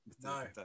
No